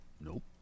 nope